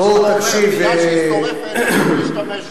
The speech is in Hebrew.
מה שאתה אומר, שבגלל שהיא שורפת אסור להשתמש בה.